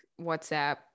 WhatsApp